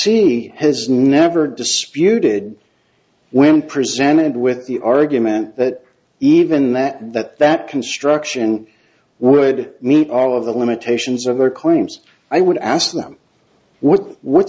c has never disputed when presented with the argument that even that that that construction would meet all of the limitations of their claims i would ask them what what